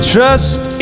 Trust